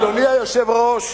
אדוני היושב-ראש,